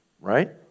right